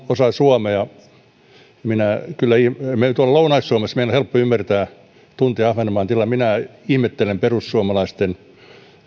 osa suomea meidän kyllä tuolla lounais suomessa on helppo ymmärtää ja tuntea ahvenanmaan tilanne minä ihmettelen perussuomalaisten